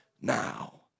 now